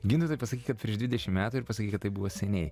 gintautai pasakyk kad prieš dvidešim metų ir pasakyk kad tai buvo seniai